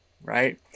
right